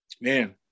man